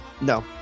No